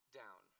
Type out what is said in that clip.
down